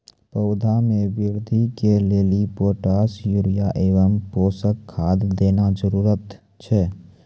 पौधा मे बृद्धि के लेली पोटास यूरिया एवं पोषण खाद देना जरूरी छै?